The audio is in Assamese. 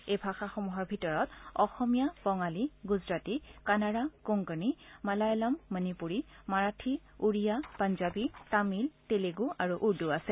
এই ভাষাসমূহৰ ভিতৰত অসমীয়া বঙালী গুজৰাটী কানাড়া কোঙ্কনি মালায়ালম মণিপুৰী মাৰাঠী উৰিয়া পঞ্জাৱী তামিল তেলেগু আৰু উৰ্দূ আছে